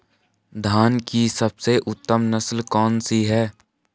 धान की सबसे उत्तम नस्ल कौन सी है?